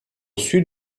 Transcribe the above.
sud